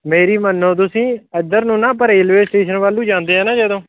ਮੇਰੀ ਮੰਨੋ ਤੁਸੀਂ ਇੱਧਰ ਨੂੰ ਨਾ ਆਪਾਂ ਰੇਲਵੇ ਸਟੇਸ਼ਨ ਵੱਲ ਨੂੰ ਜਾਂਦੇ ਆ ਨਾ ਜਦੋਂ